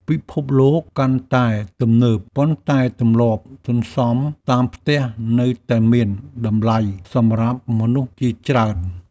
ពិភពលោកកាន់តែទំនើប ប៉ុន្តែទម្លាប់សន្សំតាមផ្ទះនៅតែមានតម្លៃសម្រាប់មនុស្សជាច្រើន។